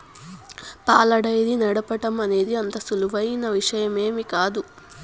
పాల డెయిరీ నడపటం అనేది అంత సులువైన విషయమేమీ కాదు